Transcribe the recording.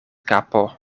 kapo